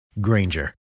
Granger